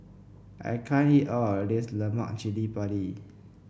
I can't eat all of this Lemak Cili Padi